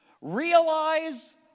Realize